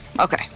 Okay